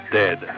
dead